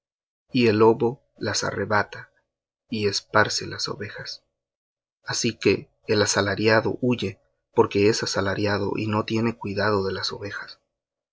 y el lobo las arrebata y esparce las ovejas así que el asalariado huye porque es asalariado y no tiene cuidado de las ovejas